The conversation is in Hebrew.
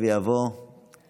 אינו